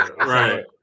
Right